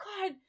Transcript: god